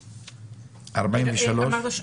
עלינו.